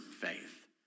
faith